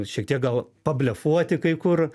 šiek tiek gal pablefuoti kai kur